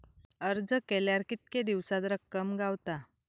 अर्ज केल्यार कीतके दिवसात रक्कम गावता?